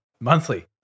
monthly